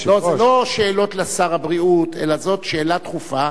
זה לא שאלות לשר הבריאות אלא זו שאלה דחופה.